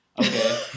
Okay